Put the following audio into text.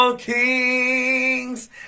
Kings